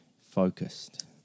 focused